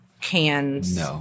cans